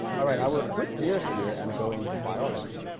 all right i will switch gears here and go into biology